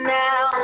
now